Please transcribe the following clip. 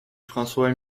françois